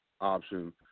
option